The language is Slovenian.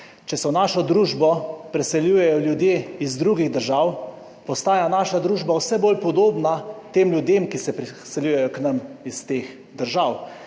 Če se v našo družbo preseljujejo ljudje iz drugih držav, postaja naša družba vse bolj podobna tem ljudem, ki se priseljujejo k nam iz teh držav.